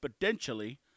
exponentially